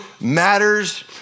matters